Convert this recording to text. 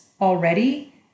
already